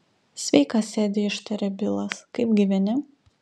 sveikas edi ištarė bilas kaip gyveni